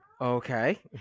Okay